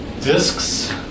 discs